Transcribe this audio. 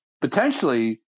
potentially